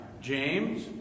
James